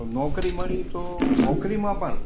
નોકરી મળી તો નોકરીમાં પણ